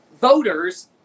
voters